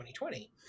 2020